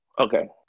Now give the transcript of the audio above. Okay